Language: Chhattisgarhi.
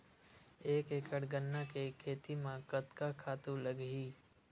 एक एकड़ गन्ना के खेती म कतका खातु लगही?